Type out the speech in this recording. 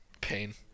Pain